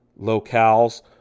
locales